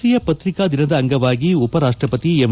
ರಾಷ್ಟೀಯ ಪತ್ರಿಕಾ ದಿನದ ಅಂಗವಾಗಿ ಉಪರಾಷ್ಟ ಪತಿ ಎಂ